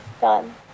Done